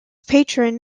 patron